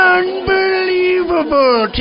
unbelievable